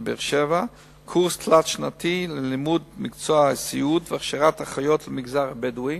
בבאר-שבע קורס תלת-שנתי ללימוד מקצוע הסיעוד והכשרת אחיות למגזר הבדואי,